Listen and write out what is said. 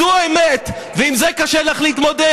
זו האמת, ועם זה קשה לך להתמודד.